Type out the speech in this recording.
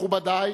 מכובדי,